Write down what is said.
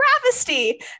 travesty